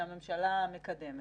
שהממשלה מקדמת.